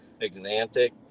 Exantic